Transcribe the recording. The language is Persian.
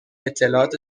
اطلاعات